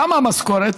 כמה המשכורת?